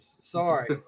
sorry